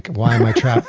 why am i trapped